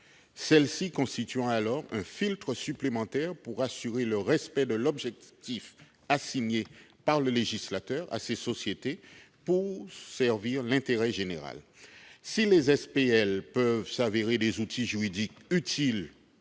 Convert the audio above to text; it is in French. celle-ci constitue un filtre supplémentaire pour assurer le respect de l'objectif assigné par le législateur à ces sociétés pour servir l'intérêt général. » Si les SPL peuvent être des outils juridiques utiles